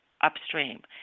upstream